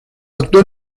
actuó